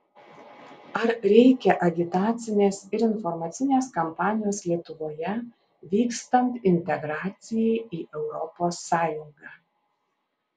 ar reikia agitacinės ir informacinės kampanijos lietuvoje vykstant integracijai į europos sąjungą